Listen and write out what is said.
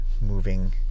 moving